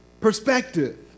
perspective